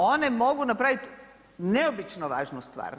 One mogu napraviti neobično važnu stvar.